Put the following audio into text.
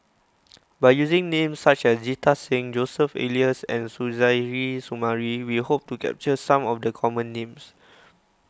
by using names such as Jita Singh Joseph Elias and Suzairhe Sumari we hope to capture some of the common names